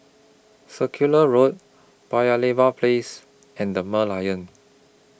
Circular Road Paya Lebar Place and The Merlion